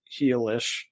heelish